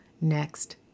next